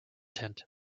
tent